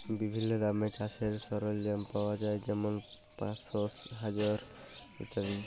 বিভিল্ল্য দামে চাষের সরল্জাম পাউয়া যায় যেমল পাঁশশ, হাজার ইত্যাদি